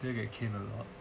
do you get cane a lot